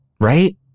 Right